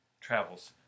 travels